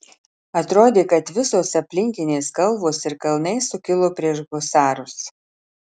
atrodė kad visos aplinkinės kalvos ir kalnai sukilo prieš husarus